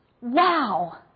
Wow